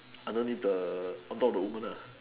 underneath the on top of the woman